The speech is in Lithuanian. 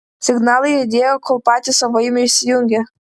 signalai aidėjo kol patys savaime išsijungė